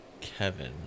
Kevin